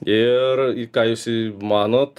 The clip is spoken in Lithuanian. ir ką jūs manot